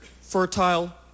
fertile